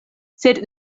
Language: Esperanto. sed